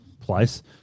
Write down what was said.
place